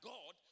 God